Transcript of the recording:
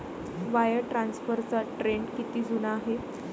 Wire ट्रान्सफरचा trend किती जुना आहे?